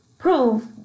Prove